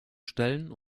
stellen